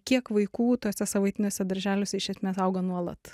kiek vaikų tuose savaitiniuose darželiuose iš esmės auga nuolat